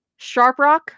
Sharprock